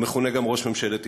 המכונה גם ראש ממשלת ישראל.